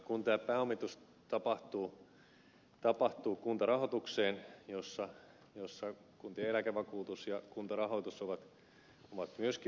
kun tämä pääomitus tapahtuu kuntarahoitukseen jossa kuntaliitto ja kuntien eläkevakuutus ovat keski